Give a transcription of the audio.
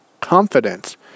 confidence